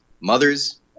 mothers